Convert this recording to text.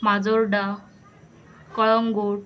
Majorda Calangute